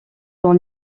dans